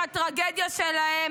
עם הטרגדיה שלהם,